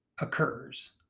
occurs